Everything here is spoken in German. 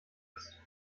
ist